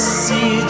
see